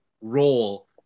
role